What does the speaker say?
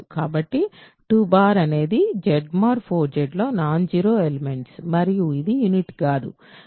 కాబట్టి 2 అనేది Z mod 4 Zలో నాన్ జీరో ఎలిమెంట్స్ మరియు ఇది యూనిట్ కాదు